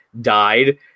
died